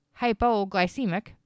hypoglycemic